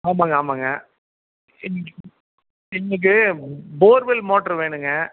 ஆமாங்க ஆமாங்க இன்னைக்கு இன்னைக்கு போர்வெல் மோட்ரு வேணும்ங்க